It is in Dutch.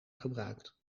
gebruikt